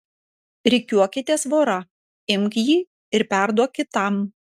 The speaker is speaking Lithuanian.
rikiuokitės vora imk jį ir perduok kitam